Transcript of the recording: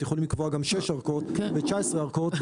יכולים לקבוע גם שש ארכות ו-19 ארכות,